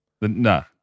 No